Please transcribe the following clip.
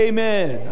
Amen